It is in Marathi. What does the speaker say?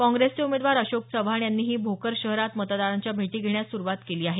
काँग्रेसचे उमेदवार अशोकराव चव्हाण यांनीही भोकर शहरात मतदारांच्या भेटी घेण्यास सुरुवात केली आहेत